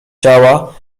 ciała